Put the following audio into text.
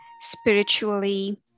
spiritually